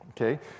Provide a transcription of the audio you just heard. Okay